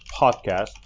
podcast